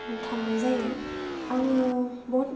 थांनाय जायो आङो बहुत